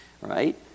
right